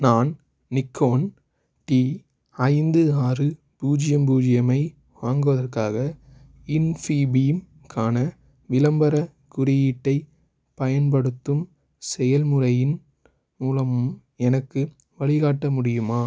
நான் Nikon D ஐந்து ஆறு பூஜ்ஜியம் பூஜ்ஜியம் ஐ வாங்குவதற்கு இன்ஃபீபீம் க்கான விளம்பரக் குறியீட்டைப் பயன்படுத்தும் செயல்முறையின் மூலம் எனக்கு வழிகாட்ட முடியுமா